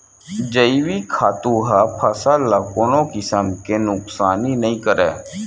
जइविक खातू ह फसल ल कोनो किसम के नुकसानी नइ करय